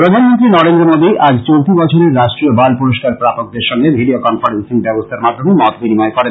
প্রধানমন্ত্রী নরেন্দ্র মোদি আজ চলতি বছরের রাষ্ট্রীয় বাল পুরস্কার প্রাপকদের সঙ্গে ভিডিও কনফারেনসিং ব্যবস্থার মাধ্যমে মত বিনিময় করেন